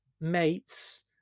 mates